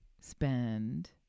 spend